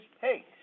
hey